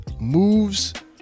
moves